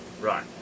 Right